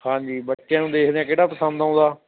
ਹਾਂਜੀ ਬੱਚਿਆਂ ਨੂੰ ਦੇਖਦੇ ਹਾਂ ਕਿਹੜਾ ਪਸੰਦ ਆਉਂਦਾ